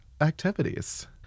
activities